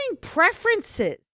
preferences